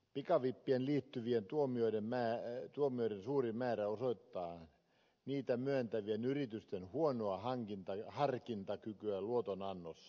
pikavippeihin liittyvien tuomioiden suuri määrä osoittaa niitä myöntävien yritysten huonoa harkintakykyä luotonannossa